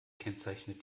kennzeichnet